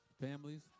families